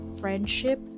friendship